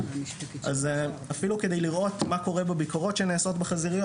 אז אפילו כדי לראות מה קורה בביקורות שנעשות בחזיריות